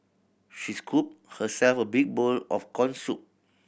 she scooped herself a big bowl of corn soup